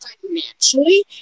financially